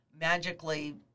magically